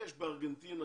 יש בארגנטינה,